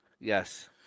Yes